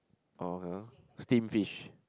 oh that one steam fish